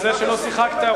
שזה שלא שיחקת,